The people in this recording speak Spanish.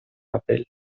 papel